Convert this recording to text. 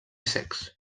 secs